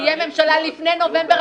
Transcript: תהיה ממשלה לפני נובמבר,